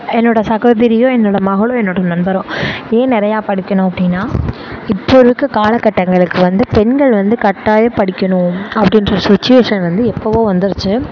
என்னோட சகோதரியும் என்னோட மகளும் என்னோட நண்பரும் ஏன் நிறையா படிக்கணும் அப்படினா இப்போ இருக்க காலகட்டங்களுக்கு வந்து பெண்கள் வந்து கட்டாயம் படிக்கணும் அப்படின்ற சுச்சுவேஷன் வந்து எப்போவோ வந்துருச்சு